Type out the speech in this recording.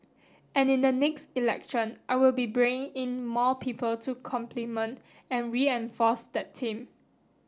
and in the next election I will be bringing in more people to complement and reinforce that team